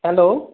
hello